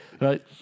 Right